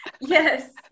Yes